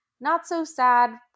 not-so-sad